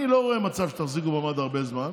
אני לא רואה מצב שתחזיקו מעמד הרבה זמן,